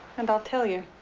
and i'll tell you.